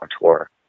tour